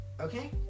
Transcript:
Okay